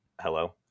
hello